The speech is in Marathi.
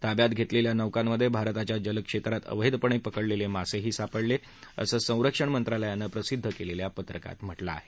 ताब्यात घेतलेल्या नौकांमधे भारताच्या जलक्षेत्रात अवैधपणे पकडलेले मासेही सापडले आहेत असं संरक्षण मंत्रालयानं प्रसिद्ध केलेल्या पत्रकात म्हटलं आहे